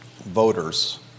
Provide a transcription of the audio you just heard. voters